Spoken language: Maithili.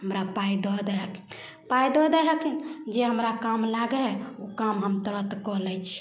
हमरा पाइ दऽ दै हखिन पाइ दऽ दै हखिन जे हमरा काम लागै हइ ओ काम हम तुरन्त कऽ लै छी